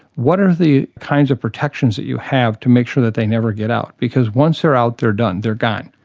what are the kinds of protections that you have to make sure that they never get out because once they're out, they're done, they're gone,